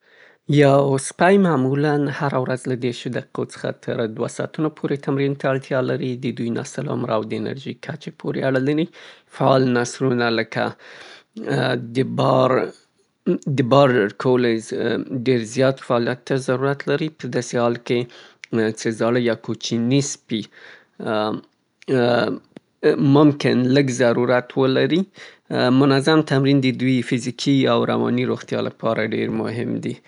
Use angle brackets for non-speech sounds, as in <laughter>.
یو سپی معمولاً هره ورځ له دېرشو دقيقو څخه تر دوه ساعتونو پورې تمرين ته اړتيا لري. د دوی نسل، عمر او د انرژي کچې پورې اړه لري. فعال نسلونه لکه <unintelligible> د بار - د بار ټوليز ډېر زيات فعاليت ته ضرورت لري، په داسې حال کې چې زاړه يا کوچني سپي ممکن لږ ضرورت ولري. منظم تمرين د دوی فزيکي او رواني روغتيا لپاره ډېر مهم دي.